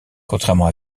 contrairement